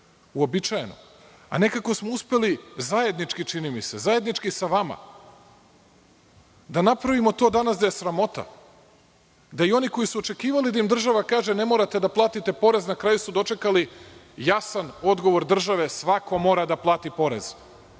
uobičajno . Nekako smo uspeli, čini mi se zajednički, zajednički sa vama da napravimo to danas da je sramota, da i oni koji su očekivali da ima država kaže – ne morate da platite porez na kraju su dočekali jasan odgovor države – svako mora da plati porez,